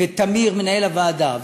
וטמיר מנהל הוועדה,